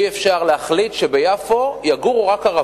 אי-אפשר להחליט שביפו יגורו רק ערבים,